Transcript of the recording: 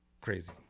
crazy